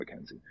McKenzie